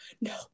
no